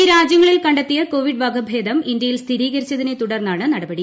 ഈ ുരീജ്യങ്ങളിൽ കണ്ടെത്തിയ കോവിഡ് വകഭേദം ഇന്ത്യയിൽ സ്ഥീരീകരിച്ചതിനെ തുടർന്നാണ് നടപടി